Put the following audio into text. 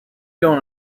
don’t